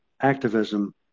activism